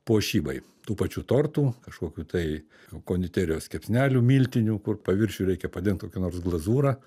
puošybai tų pačių tortų kažkokių tai konditerijos kepsnelių miltinių kur paviršių reikia padengt kokia nors glazūra